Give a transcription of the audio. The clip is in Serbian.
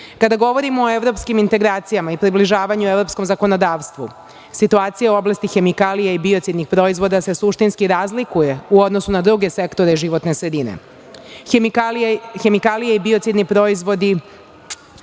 govorimo o evropskim integracijama i približavanju evropskom zakonodavstvu, situacija u oblasti hemikalija i biocidnih proizvoda se suštinski razlikuje u odnosu na druge sektore životne sredine. Hemikalije i biocidni proizvodi